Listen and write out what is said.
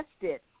tested